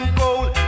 gold